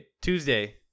Tuesday